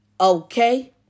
Okay